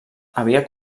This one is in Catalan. havia